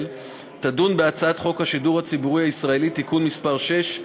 תדון בהצעת חוק השידור הציבורי הישראלי (תיקון מס' 6),